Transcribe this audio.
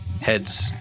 heads